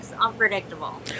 Unpredictable